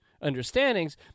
understandings